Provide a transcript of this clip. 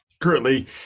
Currently